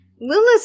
Lilith